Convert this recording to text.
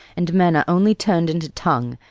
and men are only turned into tongue,